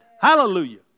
Hallelujah